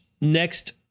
next